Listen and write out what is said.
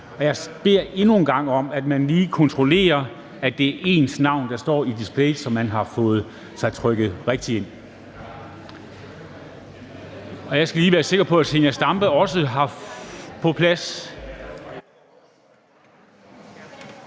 jeg beder endnu en gang om, at man lige kontrollerer, at det er ens navn, der står i displayet, så man har fået sig trykket rigtigt ind. Jeg skal også lige være sikker på, at Zenia Stampe er på plads,